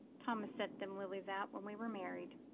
thomas set them lilies out when we were married.